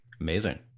Amazing